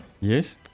Yes